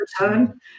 return